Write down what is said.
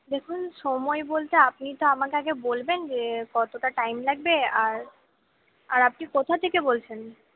দেখুন সময় বলতে আপনি তো আমাকে আগে বলবেন যে কতটা টাইম লাগবে আর আর আপনি কোথা থেকে বলছেন